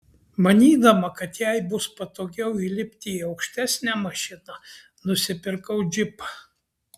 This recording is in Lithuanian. manydama kad jai bus patogiau įlipti į aukštesnę mašiną nusipirkau džipą